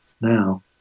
now